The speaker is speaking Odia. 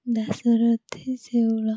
ଦାଶରଥୀ ଶେଉଳ